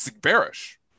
bearish